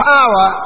Power